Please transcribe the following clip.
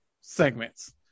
segments